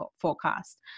forecast